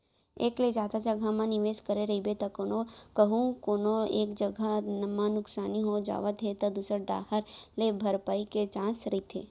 एक ले जादा जघा म निवेस करे रहिबे त कहूँ कोनो एक जगा म नुकसानी हो जावत हे त दूसर डाहर ले भरपाई के चांस रहिथे